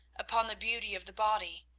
upon the beauty of the body.